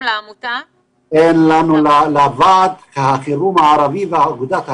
אין לנו אפשרות, לוועד החירום הערבי ואגודת הגליל,